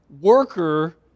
worker